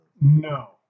No